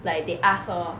like they ask lor